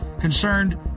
concerned